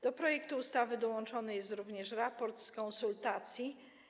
Do projektu ustawy dołączony jest również raport z konsultacji.